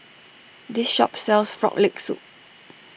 this shop sells Frog Leg Soup